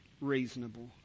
reasonable